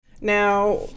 now